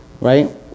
right